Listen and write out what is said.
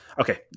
okay